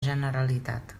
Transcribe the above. generalitat